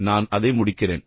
எனவே நான் அதை முடிக்கிறேன்